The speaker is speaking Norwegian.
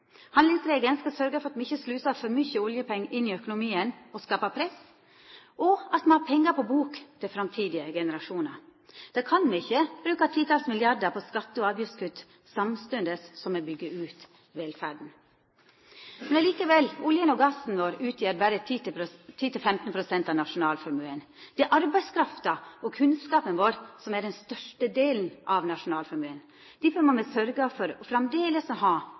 Handlingsregelen skal sørgja for at me ikkje slusar for mykje oljepengar inn i økonomien og skapar press, og at me har pengar på bok til framtidige generasjonar. Da kan me ikkje bruka titals milliardar kroner på skatte- og avgiftskutt, samtidig som me byggjer ut velferda. Likevel utgjer oljen og gassen vår berre 10–15 pst. av nasjonalformuen. Det er arbeidskrafta og kunnskapen vår som er den største delen av nasjonalformuen. Difor må me sørgja for